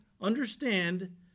understand